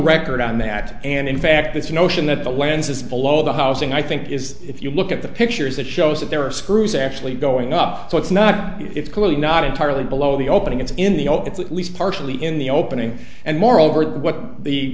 record on that and in fact this notion that the lens is below the housing i think is if you look at the pictures it shows that there are screws actually going up so it's not it's clearly not entirely below the opening it's in the old it's at least partially in the opening and moreover